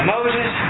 Moses